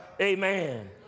Amen